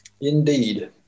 Indeed